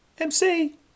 MC